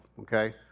okay